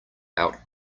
out